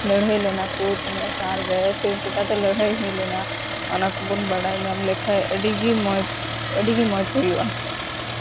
ᱞᱟᱹᱲᱦᱟᱹᱭ ᱞᱮᱱᱟ ᱠᱚ ᱛᱤᱱᱟᱹᱜ ᱥᱟᱞ ᱨᱮ ᱥᱮ ᱪᱤᱠᱟᱛᱮ ᱞᱟᱹᱲᱦᱟᱹᱭ ᱦᱩᱭ ᱞᱮᱱᱟ ᱚᱱᱟ ᱠᱚᱵᱚᱱ ᱵᱟᱰᱟᱭ ᱧᱟᱢ ᱞᱮᱠᱷᱟᱡ ᱟᱹᱰᱤ ᱜᱮ ᱢᱚᱡᱽ ᱟᱹᱰᱤᱜᱮ ᱢᱚᱡᱽ ᱦᱩᱭᱩᱜᱼᱟ